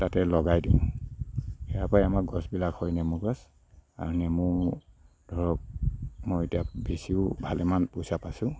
তাতে লগাই দিও সেইয়াৰ পৰাই আমাৰ গছবিলাক হয় নেমু গছ আৰু নেমু ধৰক মই এতিয়া বেচিও ভালেমান পইচা পাইছোঁ